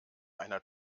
einer